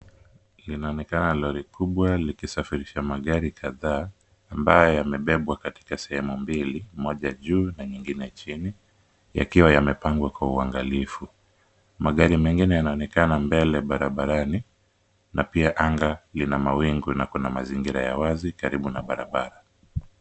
Linaonekana lori kubwa likisafirisha magari kadhaa. Ambayo yamebebwa katika sehemu mbili, moja juu na nyingine chini. Yakiwa yamepangwa kwa uangalifu. Magari mengine yanaonekana mbele barabarani. Na pia anga lina mawingu na kuna mazingira ya wazi karibu na barabara.